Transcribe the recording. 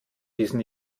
diesen